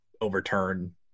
overturn